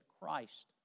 Christ